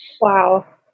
Wow